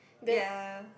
ya